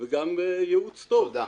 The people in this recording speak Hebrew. וגם ייעוץ טוב.